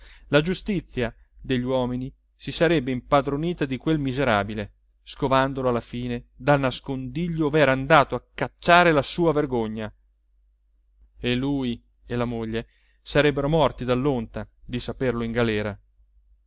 la giustizia degli uomini si sarebbe impadronita di quel miserabile scovandolo alla fine dal nascondiglio ov'era andato a cacciare la sua vergogna e lui e la moglie sarebbero morti dall'onta di saperlo in galera